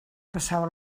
passava